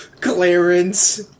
Clarence